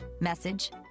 message